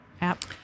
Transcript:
app